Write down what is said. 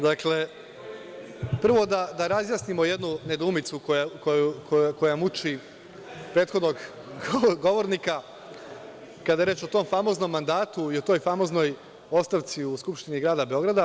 Dakle, prvo da razjasnimo jednu nedoumicu koja muči prethodnog govornika kada je reč o tom famoznom mandatu i u toj famoznoj ostavci u Skupštini grada Beograda.